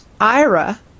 Ira